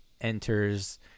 enters